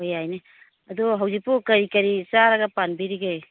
ꯍꯣꯏ ꯌꯥꯏꯅꯦ ꯑꯗꯣ ꯍꯧꯖꯤꯛꯄꯨ ꯀꯔꯤ ꯀꯔꯤ ꯆꯥꯔꯒ ꯄꯥꯟꯕꯤꯔꯤꯒꯦ